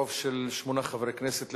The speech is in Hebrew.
ברוב של שמונה חברי כנסת,